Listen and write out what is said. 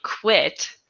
quit